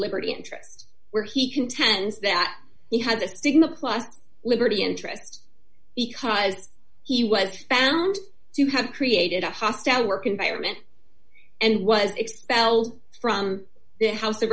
liberty interest where he contends that he had the stigma plus liberty interest because he was found to have created a hostile work environment and was expelled from the house